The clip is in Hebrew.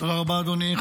תודה רבה, אדוני.